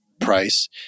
price